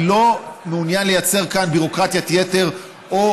אני לא מעוניין לייצר כאן ביורוקרטיית יתר או